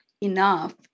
enough